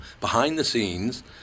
behind-the-scenes